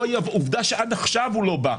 עובדה שעד עכשיו הוא לא בא,